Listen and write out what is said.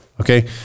okay